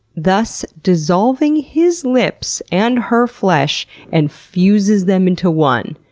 thus dissolving his lips and her flesh and fuses them into one.